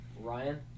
Ryan